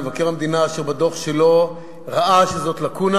שבדוח שלו ראה שזו לקונה,